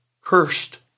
cursed